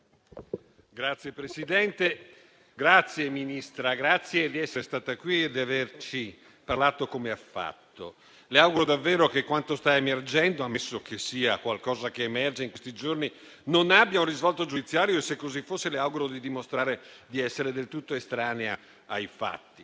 SCN))*. Signora Ministra, la ringrazio per essere venuta qui oggi e per averci parlato come ha fatto. Le auguro davvero che quanto sta emergendo - ammesso che ci sia qualcosa che emergerà in questi giorni - non abbia un risvolto giudiziario e, se così fosse, le auguro di dimostrare di essere del tutto estranea ai fatti.